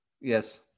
Yes